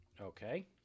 Okay